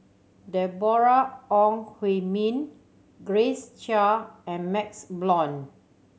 Deborah Ong Hui Min Grace Chia and MaxLe Blond